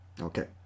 Okay